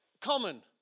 common